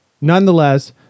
nonetheless